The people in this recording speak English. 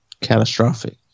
catastrophic